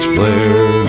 Blair